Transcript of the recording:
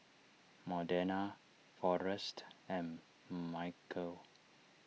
Modena forrest and Michaele